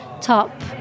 top